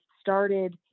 started